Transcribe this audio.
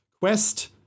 Quest